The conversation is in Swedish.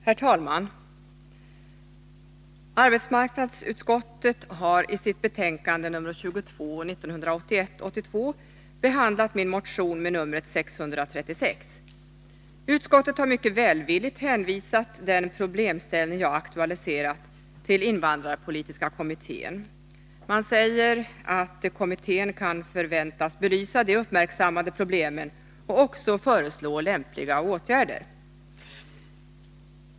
Herr talman! Arbetsmarknadsutskottet har i sitt betänkande nr 1981/82:22 behandlat min motion nr 636. Utskottet har mycket välvilligt hänvisat den problemställning jag aktualiserat till invandrarpolitiska kommittén. Man säger att kommittén kan förväntas belysa de uppmärksammade problemen och även föreslå lämpliga åtgärder.